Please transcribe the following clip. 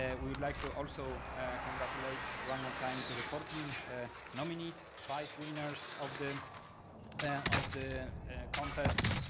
ah we would like to also congratulate one more time to the fourteen nominees, five winners of them them of the contests,